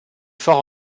fort